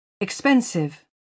Expensive